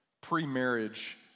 pre-marriage